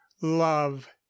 love